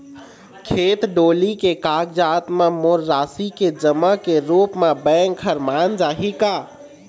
खेत डोली के कागजात म मोर राशि के जमा के रूप म बैंक हर मान जाही का?